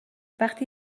وقتی